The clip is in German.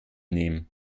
nehmen